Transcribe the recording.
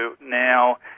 now